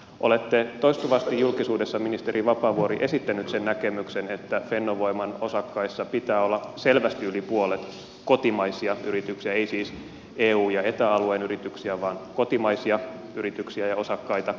olette toistuvasti julkisuudessa ministeri vapaavuori esittänyt sen näkemyksen että fennovoiman osakkaissa pitää olla selvästi yli puolet kotimaisia yrityksiä ei siis eu ja eta alueen yrityksiä vaan kotimaisia yrityksiä ja osakkaita